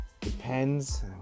Depends